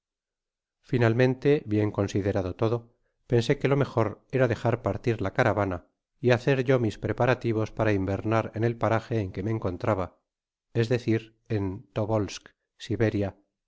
mente bien considerado todo pensé que lo mejor era dejar partir la caravana y hacer yo mis preparativos para invernar en el paraje en que me encontraba es decir en tobclsck siberia en